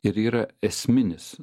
ir yra esminis